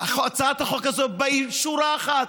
הזאת היא שורה אחת,